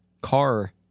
car